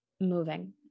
moving